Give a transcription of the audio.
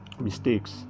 mistakes